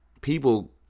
people